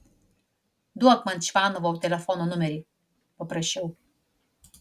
duok man čvanovo telefono numerį paprašiau